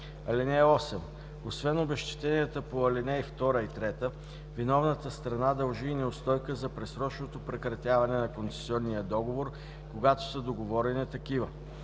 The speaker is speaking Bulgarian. (8) Освен обезщетенията по ал. 2 и 3 виновната страна дължи и неустойки за предсрочното прекратяване на концесионния договор, когато са договорени такива.